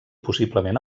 possiblement